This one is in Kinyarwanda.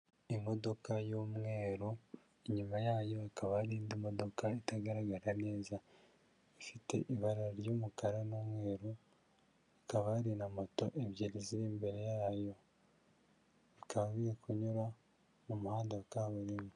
Imodoka y'umweru, inyuma yayo hakaba hari indi modoka itagaragara neza, ifite ibara ry'umukara n'umweru, hakaba hari na moto ebyiri ziri imbere yayo. bikaba kunyura mu muhanda wa kaburimbo.